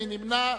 מי נמנע?